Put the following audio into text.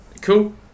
Cool